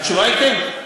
התשובה היא כן.